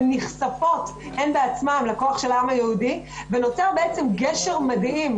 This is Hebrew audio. הן נחשפות הן בעצמן לכוח של העם היהודי ונוצר בעצם קשר מדהים,